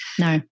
No